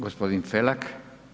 Gospodin Felak.